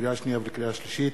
לקריאה שנייה ולקריאה שלישית,